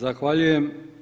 Zahvaljujem.